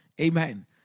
Amen